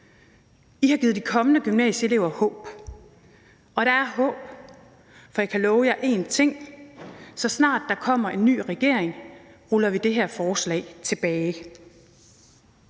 I har givet de kommende gymnasieelever håb. Og der er håb, for jeg kan love jer en ting: Så snart der kommer en ny regering, ruller vi det forslag tilbage.